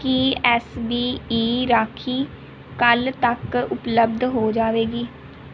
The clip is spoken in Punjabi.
ਕੀ ਐੱਸ ਬੀ ਈ ਰਾਖੀ ਕੱਲ੍ਹ ਤੱਕ ਉਪਲਬਧ ਹੋ ਜਾਵੇਗੀ